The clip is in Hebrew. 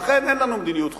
אכן אין לנו מדיניות חוץ.